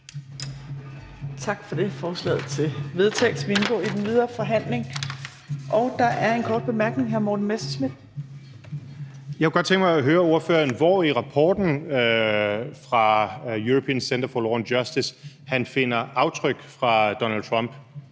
Tak for det. Forslaget til vedtagelse vil indgå i den videre forhandling. Der er en kort bemærkning. Hr. Morten Messerschmidt. Kl. 18:55 Morten Messerschmidt (DF): Jeg kunne godt tænke mig at høre ordføreren, hvor i rapporten fra European Centre for Law & Justice han finder aftryk fra Donald Trump,